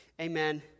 amen